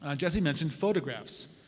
ah jesse mentioned photographs.